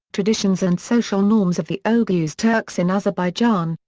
traditions and social norms of the oghuz turks in azerbaijan,